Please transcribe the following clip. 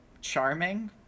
Charming